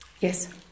Yes